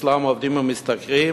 אצלם עובדים ומשתכרים?